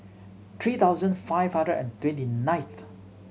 three thousand five hundred and twenty ninth